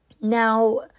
Now